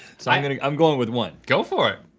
so i'm going i'm going with one. go for it.